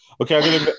Okay